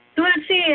Tulsi